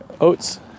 oats